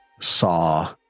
saw